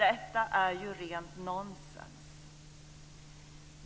Detta är ju rent nonsens.